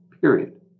period